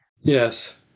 Yes